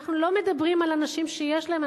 אנחנו לא מדברים על אנשים שיש להם,